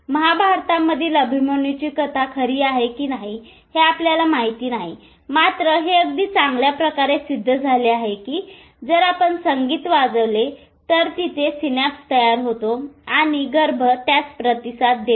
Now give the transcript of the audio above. महाभारता मधील अभिमन्यूची कथा खरी आहे की नाही हे आपल्याला माहित नाही मात्र हे अगदी चांगल्या प्रकारे सिद्ध झाले आहे की जर आपण संगीत वाजवले तर तिथे सिनॅप्स तयार होतो आणि गर्भ त्यास प्रतिसाद देतो